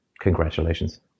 congratulations